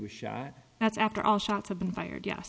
was shot that's after all shots have been fired ye